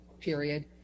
period